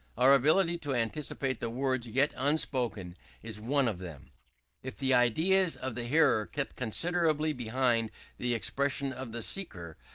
our ability to anticipate the words yet unspoken is one of them if the ideas of the hearer kept considerably behind the, expressions of the speaker,